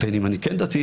בין אם אני כן דתייה,